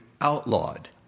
outlawed